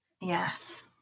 yes